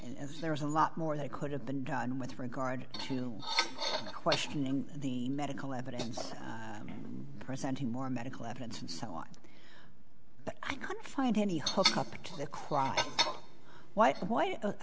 as there was a lot more they could have been done with regard to questioning the medical evidence presenting more medical evidence and so on but i can't find any hope up to the cry white white i